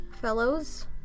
fellows